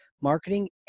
marketing